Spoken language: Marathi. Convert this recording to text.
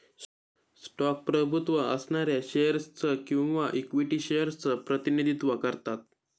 स्टॉक प्रभुत्व असणाऱ्या शेअर्स च किंवा इक्विटी शेअर्स च प्रतिनिधित्व करतात